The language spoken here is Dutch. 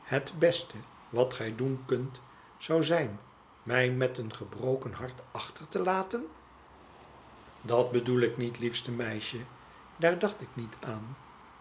het beste wat gij doen kunt zou zijn mij meteen gebroken hart achter te laten dat bedoel ik niet liefete meisje daar dacht ik niet aan